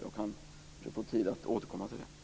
Jag får återkomma till den frågan.